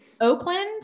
Oakland